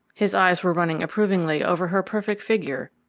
his eyes were running approvingly over her perfect figure,